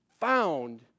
found